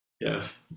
Yes